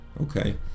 okay